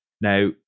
Now